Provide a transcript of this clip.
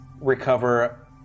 recover